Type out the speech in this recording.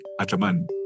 Ataman